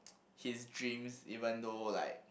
his dreams even though like